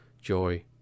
joy